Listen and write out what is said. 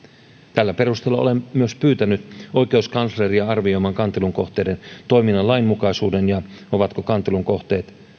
tällä perusteella olen myös pyytänyt oikeuskansleria arvioimaan kantelun kohteiden toiminnan lainmukaisuuden ja sen ovatko kantelun kohteet